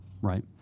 right